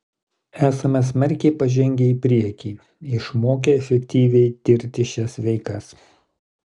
esame smarkiai pažengę į priekį išmokę efektyviai tirti šias veikas